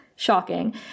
Shocking